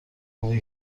اون